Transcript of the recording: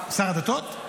שר הדתות?